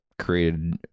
created